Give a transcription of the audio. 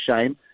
shame